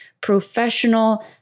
professional